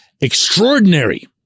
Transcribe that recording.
extraordinary